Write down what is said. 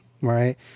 Right